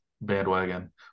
bandwagon